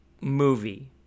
movie